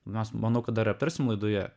nors manau kad dar aptarsim laidoje